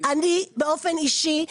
אני באופן אישי,